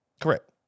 Correct